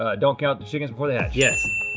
ah don't count the chickens before they hatch. yes.